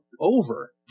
over